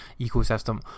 ecosystem